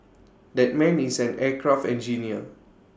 that man is an aircraft engineer